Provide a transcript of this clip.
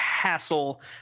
Hassle